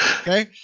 Okay